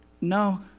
No